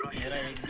in a